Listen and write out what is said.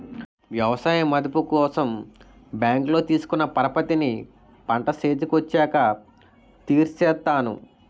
ఎవసాయ మదుపు కోసం బ్యాంకులో తీసుకున్న పరపతిని పంట సేతికొచ్చాక తీర్సేత్తాను